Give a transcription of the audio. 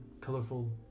colorful